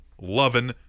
loving